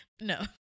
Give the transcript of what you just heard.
No